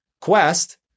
quest